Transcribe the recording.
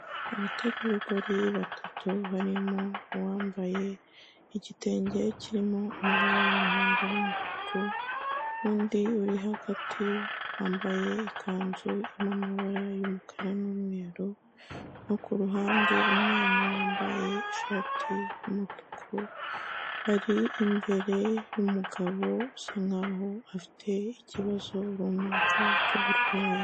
Abategarugori batatu, barimo uwambaye igitenge kirimo amabara y'umuhondo n'umutuku, n'undi uri hagati bambaye ikanzu irimo amabara y'umukara n'umweru, no kuruhande umwana wambaye ishati y'umutuku, bari imbere y'umugabo usa nkaho afite ikibazo runaka cy'uburwayi.